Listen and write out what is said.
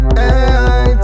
hey